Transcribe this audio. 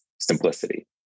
simplicity